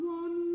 one